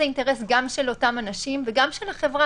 זה אינטרס גם של אותם אנשים וגם של החברה